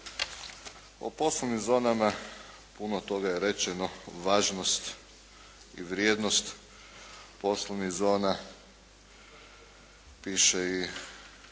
O poslovnim zonama puno toga je rečeno, važnost i vrijednost poslovnih zona. Piše i